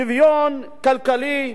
שוויון כלכלי,